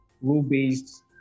rule-based